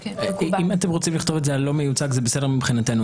אם אתם רוצים לכתוב לא מיוצג, זה בסדר מבחינתנו.